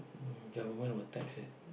government will tax it